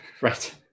Right